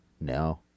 No